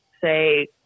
say